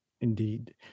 Indeed